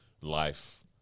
life